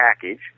package